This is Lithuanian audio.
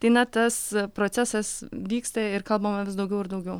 tai na tas procesas vyksta ir kalbama vis daugiau ir daugiau